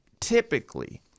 typically